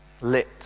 lit